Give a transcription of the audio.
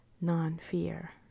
non-fear